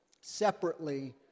separately